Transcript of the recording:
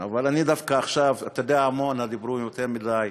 אבל על עמונה דיברו יותר מדי,